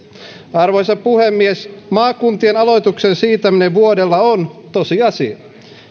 arvoisa puhemies maakuntien aloituksen siirtäminen vuodella on tosiasia